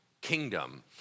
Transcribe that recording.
kingdom